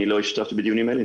אני לא השתתפתי בדיונים האלה.